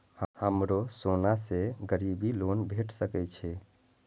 हमरो सोना से गिरबी लोन भेट सके छे?